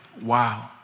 Wow